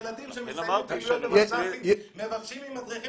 ילדים שמסיימים פעילויות במתנ"סים מבקשים ממדריכים